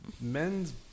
Men's